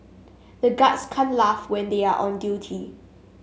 the guards can't laugh when they are on duty